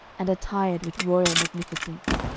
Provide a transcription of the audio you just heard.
and attired with royal magnificence.